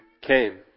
came